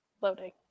loading